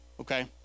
okay